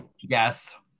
yes